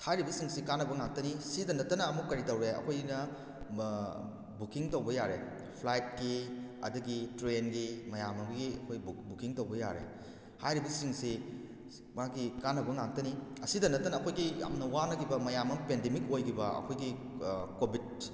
ꯍꯥꯏꯔꯤꯕꯁꯤꯡꯁꯤ ꯀꯥꯟꯅꯕ ꯉꯛꯇꯅꯤ ꯑꯁꯤꯇ ꯅꯠꯇꯅ ꯑꯃꯨꯛ ꯀꯔꯤ ꯇꯧꯔꯦ ꯑꯩꯈꯣꯏꯅ ꯕꯨꯛꯀꯤꯡ ꯇꯧꯕ ꯌꯥꯔꯦ ꯐ꯭ꯂꯥꯏꯠꯀꯤ ꯑꯗꯨꯗꯒꯤ ꯇ꯭ꯔꯦꯟꯒꯤ ꯃꯌꯥꯝ ꯑꯃꯒꯤ ꯑꯩꯈꯣꯏ ꯕꯨꯛꯀꯤꯡ ꯇꯧꯕ ꯌꯥꯔꯦ ꯍꯥꯏꯔꯤꯕꯁꯤꯡꯁꯤ ꯃꯥꯒꯤ ꯀꯥꯟꯅꯕ ꯉꯛꯇꯅꯤ ꯑꯁꯤꯇ ꯅꯠꯇꯅ ꯑꯩꯈꯣꯏꯒꯤ ꯌꯥꯝꯅ ꯋꯥꯅꯈꯤꯕ ꯃꯌꯥꯝ ꯑꯃ ꯄꯦꯟꯗꯦꯃꯤꯛ ꯑꯣꯏꯈꯤꯕ ꯑꯩꯈꯣꯏꯒꯤ ꯀꯣꯕꯤꯗꯁ